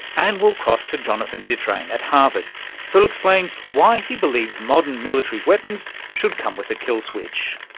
and we'll cross to jonathan zittrain at harvard who'll explain why he believes modern military weapons should come with a kill switch.